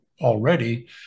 already